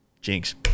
Jinx